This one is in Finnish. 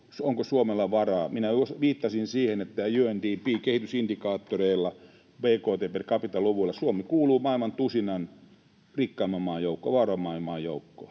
onko Suomella varaa. Viittasin siihen, että UNDP-kehitysindikaattoreilla ja bkt per capita -luvuilla Suomi kuuluu maailman tusinan rikkaimman, vauraimman, maan joukkoon.